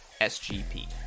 SGP